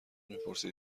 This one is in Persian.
میپرسد